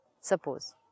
Suppose